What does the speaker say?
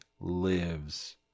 lives